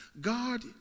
God